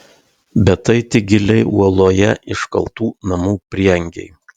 bet tai tik giliai uoloje iškaltų namų prieangiai